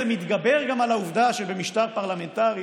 זה מתגבר גם על העובדה שבמשטר פרלמנטרי